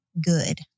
good